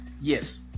Yes